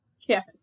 yes